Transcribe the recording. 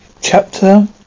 Chapter